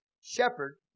Shepherd